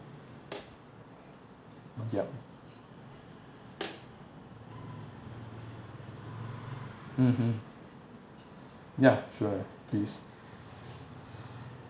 yup mmhmm ya sure please